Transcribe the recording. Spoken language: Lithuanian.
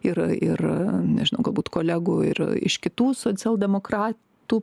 ir ir nežinau galbūt kolegų ir iš kitų socialdemokratų